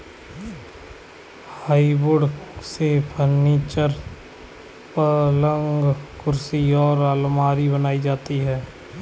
hardwood से furniture, पलंग कुर्सी और आलमारी बनाई जाती है